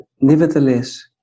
nevertheless